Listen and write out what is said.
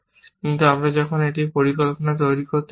কিন্তু যখন এটি একটি পরিকল্পনা তৈরি করতে আসে